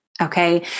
Okay